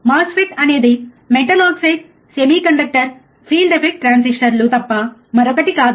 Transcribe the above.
MOSFET అనేది metal oxide semiconductor field effect ట్రాన్సిస్టర్లు తప్ప మరొకటి కాదు